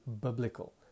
biblical